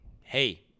hey